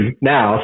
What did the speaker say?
now